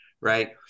right